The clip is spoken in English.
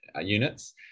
units